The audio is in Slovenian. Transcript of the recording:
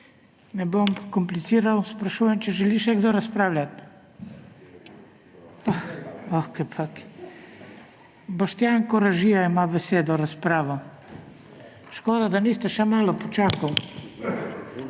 Ne bom kompliciral. Sprašujem, če želi še kdo razpravljati. Boštjan Koražija ima besedo, razpravo. Škoda, da niste še malo počakali.